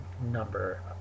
number